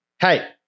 Hey